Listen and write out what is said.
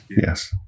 Yes